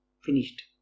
finished